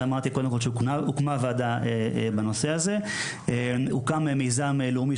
הוקמה ועדה בנושא הזה; הוקם מיזם לאומי,